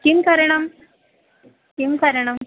किं करणं किं करणम्